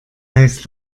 heißt